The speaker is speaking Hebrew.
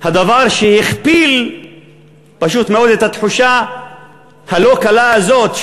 הדבר שהכפיל פשוט מאוד את התחושה הלא-קלה הזאת,